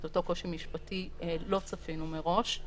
את אותו קושי משפטי לא צפינו מראש.